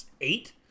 eight